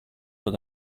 but